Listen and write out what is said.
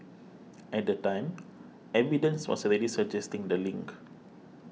at the time evidence was already suggesting the link